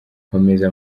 nkomeza